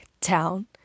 town